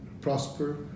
prosper